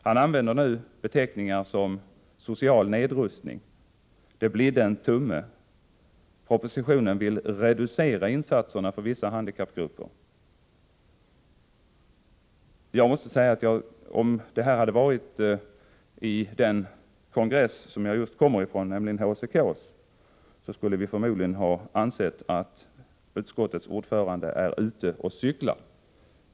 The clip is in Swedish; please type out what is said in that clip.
Han använder nu uttryck som social nedrustning, det bidde en tumme, propositionen vill reducera insatserna för vissa handikappgrupper. Om detta hade sagts på den kongress som jag just kommer ifrån, nämligen HCK:s, skulle vi förmodligen ha ansett att utskottets ordförande ”är ute och cyklar”.